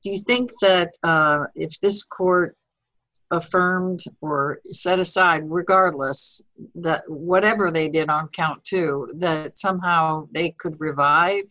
you think that it's this court affirmed were set aside regardless whatever they did not count two that somehow they could revive